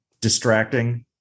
distracting